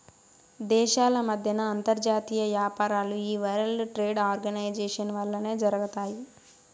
దేశాల మద్దెన అంతర్జాతీయ యాపారాలు ఈ వరల్డ్ ట్రేడ్ ఆర్గనైజేషన్ వల్లనే జరగతాయి